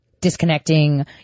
Disconnecting